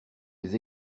des